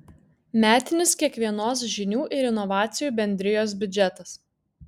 metinis kiekvienos žinių ir inovacijų bendrijos biudžetas